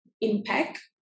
impact